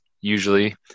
usually